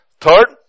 Third